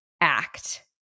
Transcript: act